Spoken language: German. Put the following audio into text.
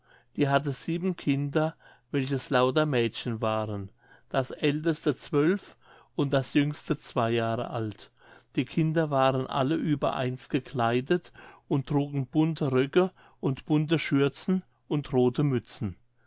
die hatte sieben kinder welches lauter mädchen waren das älteste zwölf und das jüngste zwei jahre alt die kinder waren alle übereins gekleidet und trugen bunte röcke und bunte schürzen und rothe mützen